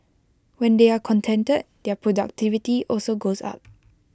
when they are contented their productivity also goes up